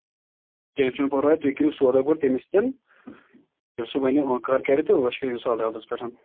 تیٚلہِ چھُنہٕ پَرواے تُہۍ کٔرِو سودا گۄڈٕ تٔمِس سۭتۍ ییٚلہِ سُہ وَنیو آنٛکار کَرِ تہٕ ٲش کٔرِتھ یہِ سا عدالتَس پٮ۪ٹھ